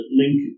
link